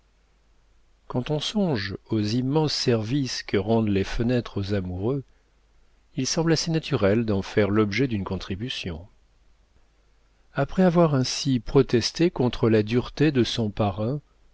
quand on songe aux immenses services que rendent les fenêtres aux amoureux il semble assez naturel d'en faire l'objet d'une contribution après avoir ainsi protesté contre la dureté de son parrain